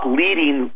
leading